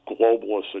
globalist